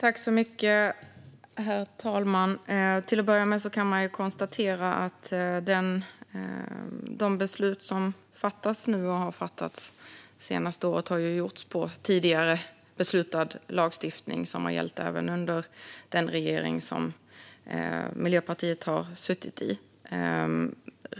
Herr talman! Till att börja med kan man konstatera att de beslut som fattas nu och som har fattats under det senaste året har gjorts på tidigare beslutad lagstiftning som har gällt även under den regering som Miljöpartiet har suttit i.